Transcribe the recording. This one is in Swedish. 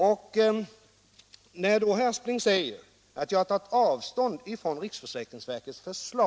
Etableringsregler Herr Aspling påstår att jag har tagit avstånd från riksförsäkringsverkets förslag.